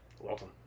Welcome